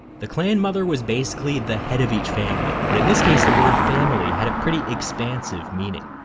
the clan mother was basically the head of each family, but in this case the word family had a pretty expansive meaning.